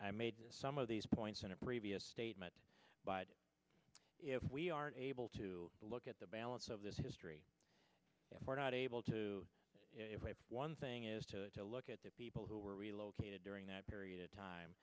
i made some of these points in a previous statement by if we are able to look at the balance of this history if we're not able to if one thing is to look at the people who were relocated during that period of time